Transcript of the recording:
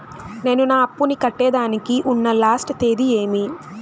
నేను నా అప్పుని కట్టేదానికి ఉన్న లాస్ట్ తేది ఏమి?